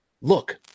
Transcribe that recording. look